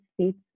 states